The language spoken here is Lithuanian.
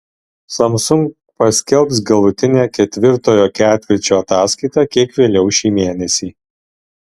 samsung paskelbs galutinę ketvirtojo ketvirčio ataskaitą kiek vėliau šį mėnesį